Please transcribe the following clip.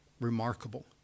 remarkable